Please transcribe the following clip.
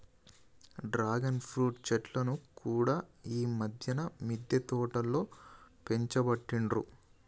dragon fruit చెట్లను కూడా ఈ మధ్యన మిద్దె తోటలో పెంచబట్టిండ్రు